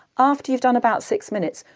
after you've done about six minutes,